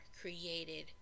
created